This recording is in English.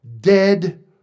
dead